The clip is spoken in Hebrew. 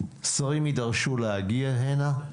שרים יידרשו להגיע הנה,